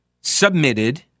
submitted